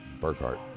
Burkhart